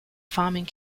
farming